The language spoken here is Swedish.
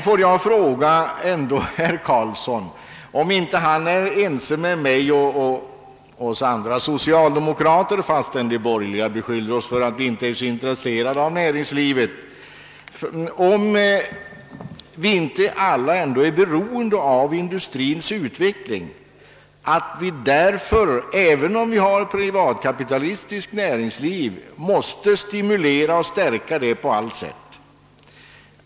Får jag i alla fall fråga herr Karlsson, om han inte är ense med mig och oss andra socialdemokrater, fastän de borgerliga beskyller oss för att inte vara så intresserade av näringslivet, om att vi alla ändå är beroende av industrins utveckling och att vi därför, även om vi har ett privatkapitalistiskt näringsliv, måste stimulera och stärka det på allt sätt.